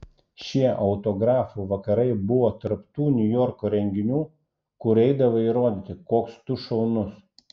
šie autografų vakarai buvo tarp tų niujorko renginių kur eidavai įrodyti koks tu šaunus